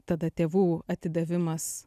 tada tėvų atidavimas